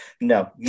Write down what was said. no